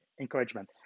encouragement